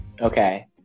Okay